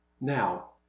now